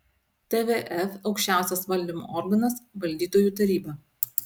tvf aukščiausias valdymo organas valdytojų taryba